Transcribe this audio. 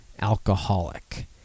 alcoholic